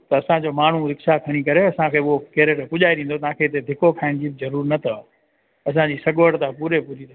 त असांजो माण्हू रिक्शा खणी करे असांखे उहो केरेट पुजाए ॾींदो तव्हांखे इते धिको खाइण जी ज़रूर न अथव असांजी सॻुवटि त पुरे पुजिंदी